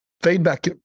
Feedback